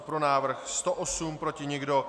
Pro návrh 108, proti nikdo.